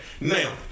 now